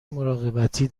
مراقبتی